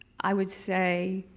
i would say,